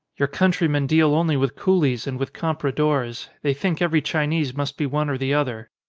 your countrymen deal only with coolies and with compradores they think every chinese must be one or the other.